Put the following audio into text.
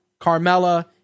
Carmella